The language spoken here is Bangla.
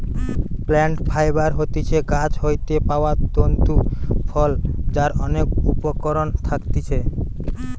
প্লান্ট ফাইবার হতিছে গাছ হইতে পাওয়া তন্তু ফল যার অনেক উপকরণ থাকতিছে